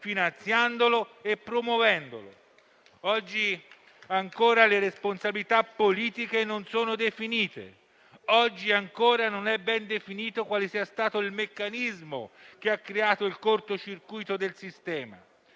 finanziandolo e promuovendolo. Ancora oggi le responsabilità politiche non sono definite, non è ancora ben definito quale sia stato il meccanismo che ha creato il corto circuito del sistema;